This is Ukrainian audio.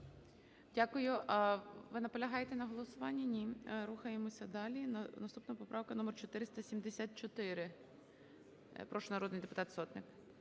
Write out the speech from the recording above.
Дякую. Ви наполягаєте на голосуванні? Ні. Рухаємося далі. Наступна поправка номер 474. Прошу, народний депутат Сотник.